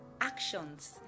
actions